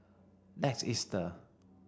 next Easter